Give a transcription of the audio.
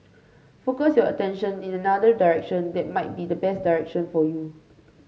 focus your attention in another direction that might be the best direction for you